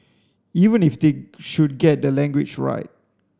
even if they should get the language right